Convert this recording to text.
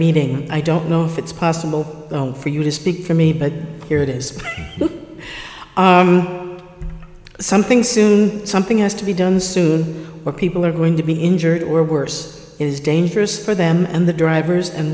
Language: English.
meeting i don't know if it's possible for you to speak to me but here it is something soon something has to be done soon or people are going to be injured or worse is dangerous for them and the drivers and